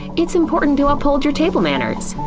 it's important to uphold your table manners.